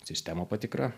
sistemų patikra